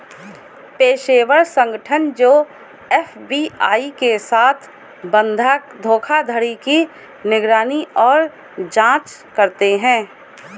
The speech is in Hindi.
पेशेवर संगठन जो एफ.बी.आई के साथ बंधक धोखाधड़ी की निगरानी और जांच करते हैं